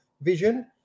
vision